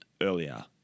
earlier